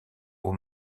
aux